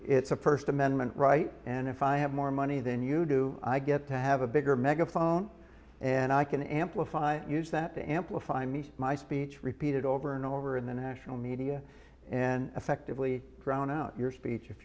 it's a first amendment right and if i have more money than you do i get to have a bigger megaphone and i can amplify use that to amplify me my speech repeated over and over in the national media and effectively drown out your speech if